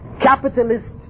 capitalist